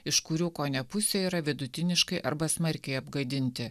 iš kurių kone pusė yra vidutiniškai arba smarkiai apgadinti